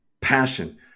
passion